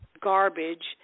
garbage